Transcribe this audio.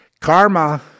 karma